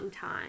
time